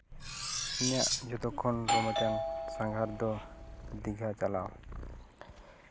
ᱤᱧᱟᱹᱜ ᱡᱷᱚᱛᱚ ᱠᱷᱚᱱ ᱨᱚᱢᱚᱡᱟᱱ ᱥᱟᱸᱜᱷᱟᱨ ᱫᱚ ᱫᱤᱜᱷᱟ ᱪᱟᱞᱟᱣ